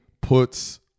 puts